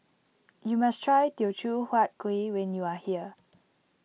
you must try Teochew Huat Kuih when you are here